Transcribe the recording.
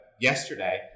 yesterday